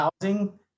housing